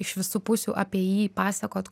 iš visų pusių apie jį pasakot